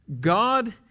God